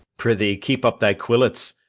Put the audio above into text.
pr'ythee, keep up thy quillets.